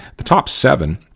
the top seven,